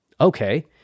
Okay